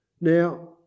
Now